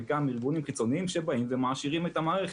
חלקם ארגונים חיצוניים שבאים ומעשירים את המערכת.